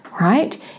right